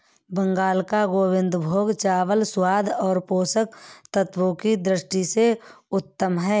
बंगाल का गोविंदभोग चावल स्वाद और पोषक तत्वों की दृष्टि से उत्तम है